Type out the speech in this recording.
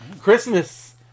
Christmas